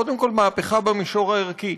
קודם כול, מהפכה במישור הערכי: